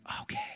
Okay